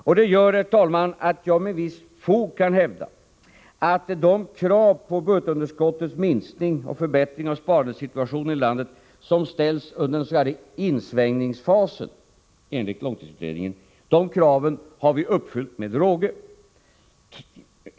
Detta gör, herr talman, att jag med visst fog kan hävda att de krav på budgetunderskottets minskning och förbättring av sparandesituationen i landet som ställs under den s.k. insvängningsfasen enligt långtidsutredningen har vi uppfyllt med råge.